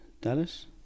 Dallas